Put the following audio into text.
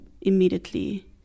immediately